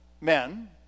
men